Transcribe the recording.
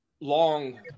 long